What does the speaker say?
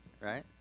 right